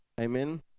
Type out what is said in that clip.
Amen